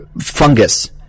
fungus